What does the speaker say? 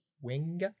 wing